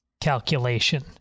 calculation